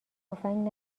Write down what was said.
تفنگ